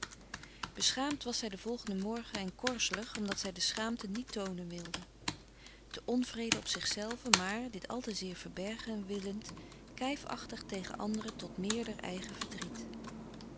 beschaamd was zij den volgenden morgen en korzelig omdat zij de schaamte niet toonen wilde te onvrede op zich zelve maar dit al te zeer verbergen willend kijfachtig tegen anderen tot meerder eigen verdriet